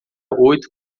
oito